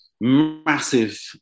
massive